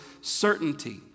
certainty